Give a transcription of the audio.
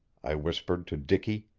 i whispered to dicky.